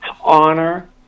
honor